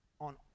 on